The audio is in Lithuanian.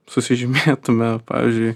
susižymėtume pavyzdžiui